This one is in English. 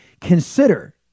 consider